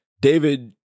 David